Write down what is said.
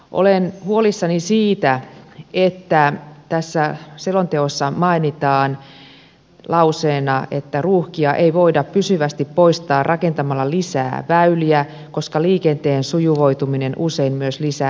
olen huolissani siitä että tässä selonteossa mainitaan lause ruuhkia ei voida pysyvästi poistaa rakentamalla lisää väyliä koska liikenteen sujuvoituminen usein myös lisää henkilöautoliikennettä